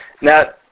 Now